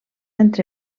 entre